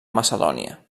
macedònia